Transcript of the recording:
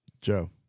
Joe